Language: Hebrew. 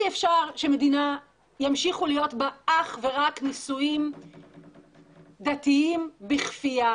אי אפשר שימשיכו להיות במדינה אך ורק נישואים דתיים בכפייה,